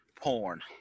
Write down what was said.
Porn